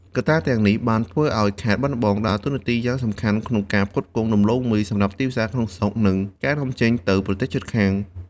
កត្តាទាំងនេះបានធ្វើឱ្យខេត្តបាត់ដំបងដើរតួនាទីយ៉ាងសំខាន់ក្នុងការផ្គត់ផ្គង់ដំឡូងមីសម្រាប់ទីផ្សារក្នុងស្រុក និងការនាំចេញទៅកាន់ប្រទេសជិតខាង។